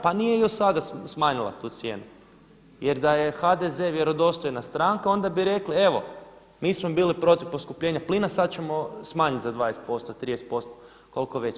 Pa nije ju sada smanjila tu cijenu. jer da je HDZ vjerodostojna stranka onda bi rekli, evo mi smo bili protiv poskupljenja plina, sad ćemo smanjit za 20%, 30% koliko već.